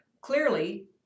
Clearly